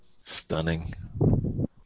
Stunning